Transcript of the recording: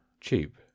cheap